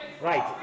Right